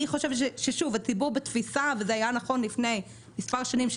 אני חושבת שהציבור בתפיסה זה היה נכון לפני מספר שנים,